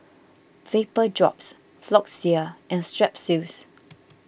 Vapodrops Floxia and Strepsils